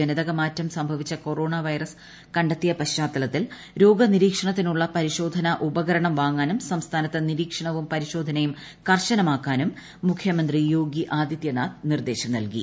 ജനിതകമാറ്റ്ം സ്രംഭവിച്ച corona virus കണ്ടെത്തിയ പശ്ചാത്തലത്തിൽ രോഗ നിരീക്ഷണത്തിനുള്ള പരിശോധന ഉപകരണം വ്യാങ്ങ്ാനും സംസ്ഥാനത്ത് നിരീക്ഷണവും പരിശോധനയും കർശനൂമാക്കാനും മുഖ്യമന്ത്രി യോഗി ആദിത്യനാഥ് നിർദ്ദേശം നൽകി